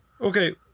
okay